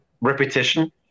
repetition